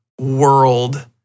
world